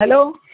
hello